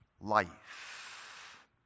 Life